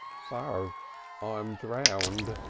so i'm drowned,